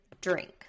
drink